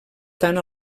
tant